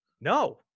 No